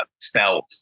spells